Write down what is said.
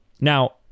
Now